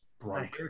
bright